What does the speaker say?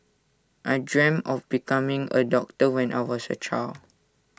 I dreamt of becoming A doctor when I was A child